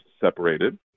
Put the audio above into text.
separated